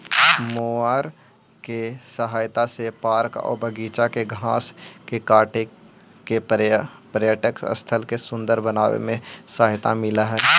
mower के सहायता से पार्क आऊ बागिचा के घास के काट के पर्यटन स्थल के सुन्दर बनावे में सहायता मिलऽ हई